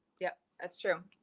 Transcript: yeah, that's true.